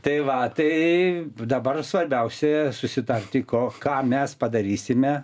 tai va tai dabar svarbiausia susitarti ko ką mes padarysime